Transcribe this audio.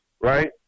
right